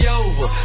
over